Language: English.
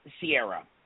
Sierra